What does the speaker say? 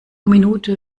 minute